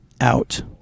out